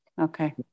Okay